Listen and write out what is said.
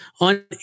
on